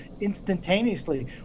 instantaneously